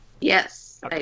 Yes